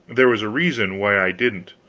there was a reason why i didn't.